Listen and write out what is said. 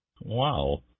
wow